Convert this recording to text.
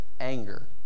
anger